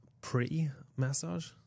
pre-massage